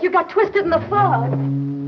you got twisted enough